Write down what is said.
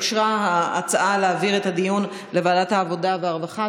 אושרה ההצעה להעביר את הדיון לוועדת העבודה והרווחה.